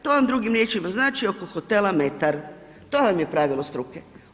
To vam drugim riječima znači oko hotela metar, to vam je pravilo struke.